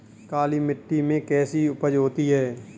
काली मिट्टी में कैसी उपज होती है?